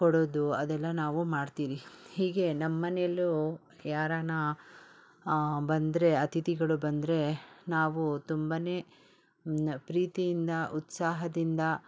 ಕೊಡೋದು ಅದೆಲ್ಲ ನಾವು ಮಾಡ್ತೀರಿ ಹೀಗೆ ನಮ್ಮನೆಲ್ಲೂ ಯಾರಾನ ಬಂದರೆ ಅತಿಥಿಗಳು ಬಂದರೆ ನಾವು ತುಂಬನೆ ಪ್ರೀತಿಯಿಂದ ಉತ್ಸಾಹದಿಂದ